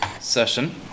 session